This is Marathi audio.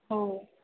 हो